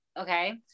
okay